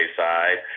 side